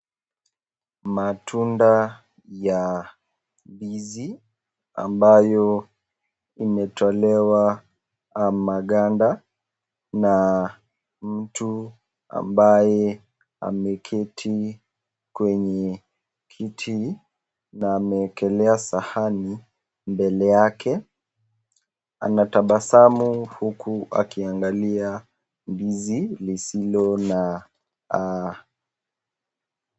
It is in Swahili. matunda ya ndizi ambayo imetolewa maganda na mtu amabye ameketi kwenye kiti na amewekelea sahani mbele yake, anatabasamu huku akiangalia ndizi lisilo na...